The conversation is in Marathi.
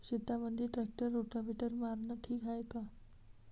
शेतामंदी ट्रॅक्टर रोटावेटर मारनं ठीक हाये का?